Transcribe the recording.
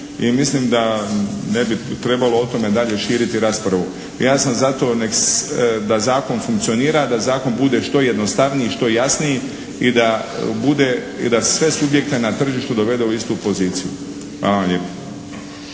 mislim da ne bi trebalo o tome dalje širiti raspravu. Ja sam za to da zakon funkcionira, da zakon bude što jednostavniji, što jasniji i da bude i da sve subjekte na tržištu dovede u istu poziciju. Hvala vam lijepo.